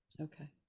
Okay